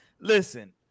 Listen